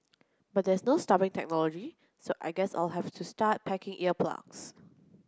but there's no stopping technology so I guess I'll have to start packing ear plugs